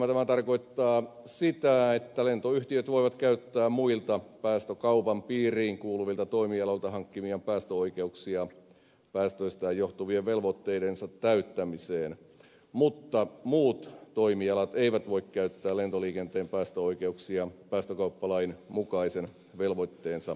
tämä tarkoittaa sitä että lentoyhtiöt voivat käyttää muilta päästökaupan piiriin kuuluvilta toimialoilta hankkimiaan päästöoikeuksia päästöistään johtuvien velvoitteidensa täyttämiseen mutta muut toimialat eivät voi käyttää lentoliikenteen päästöoikeuksia päästökauppalain mukaisen velvoitteensa täyttämiseen